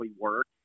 work